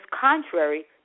contrary